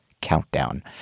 Countdown